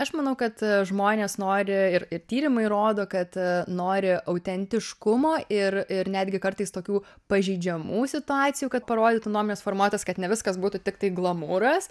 aš manau kad žmonės nori ir ir tyrimai rodo kad nori autentiškumo ir ir netgi kartais tokių pažeidžiamų situacijų kad parodytų nuomonės formuotojas kad ne viskas būtų tiktai glamūras